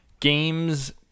games